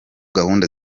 gahunda